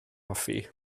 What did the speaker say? hoffi